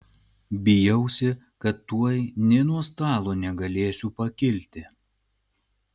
bijausi kad tuoj nė nuo stalo negalėsiu pakilti